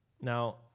Now